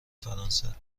فرانسه